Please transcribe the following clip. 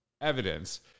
evidence